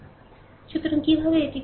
সুতরাং কীভাবে করবেন এটি